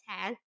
ten